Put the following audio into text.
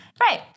Right